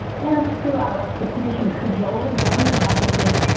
and throughout the commission cajoled government offices,